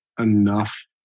enough